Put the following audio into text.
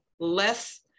less